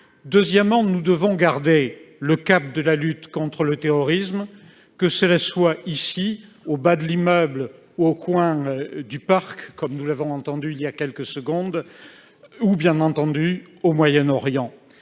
Deuxièmement, nous devons garder le cap de la lutte contre le terrorisme, que cela soit ici, au bas de l'immeuble ou au coin du parc, comme nous l'avons entendu voilà quelques secondes, ou, bien entendu, au Moyen-Orient.